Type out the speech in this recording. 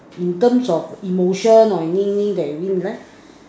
in terms of emotion and anything that you win in right